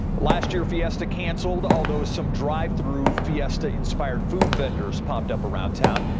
last year fiesta canceled, although some drive-thru fiesta inspired food vendors popped up around town.